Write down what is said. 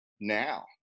now